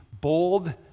bold